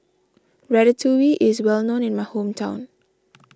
Ratatouille is well known in my hometown